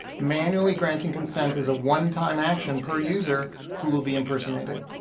manually granting consent is a one time action per user who will be impersonated.